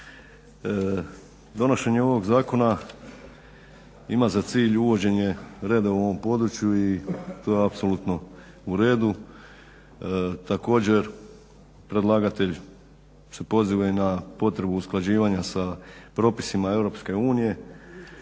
Donošenje ovog zakona ima za cilj uvođenje reda u ovom području i to je apsolutno u redu. Također predlagatelj se poziva i na potrebu usklađivanja sa propisima EU i to je